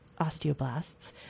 osteoblasts